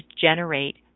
generate